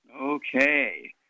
Okay